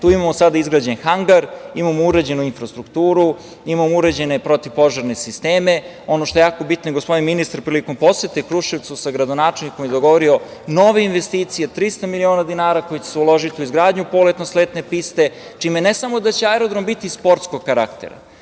Tu imamo sada izgrađen hangar, imamo urađenu infrastrukturu, imamo uređene protivpožarne sisteme. Ono što je jako bitno, gospodin ministar, prilikom posete Kruševcu, sa gradonačelnikom je dogovorio nove investicije, 300 miliona dinara, koji će se uložiti u izgradnju poletno sletne piste, čime ne samo da će aerodrom biti sportskog karaktera,